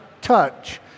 touch